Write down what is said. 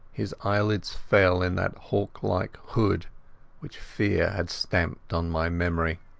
his eyelids fell in that hawk-like hood which fear had stamped on my memory.